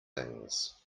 things